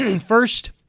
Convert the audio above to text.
First